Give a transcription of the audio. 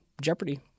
Jeopardy